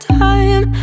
time